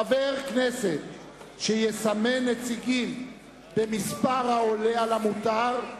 חבר כנסת שיסמן נציגים במספר גדול מהמותר,